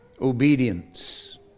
obedience